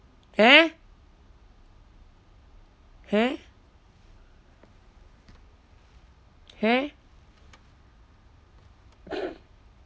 eh eh eh